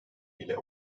ile